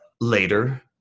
later